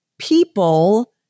people